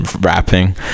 rapping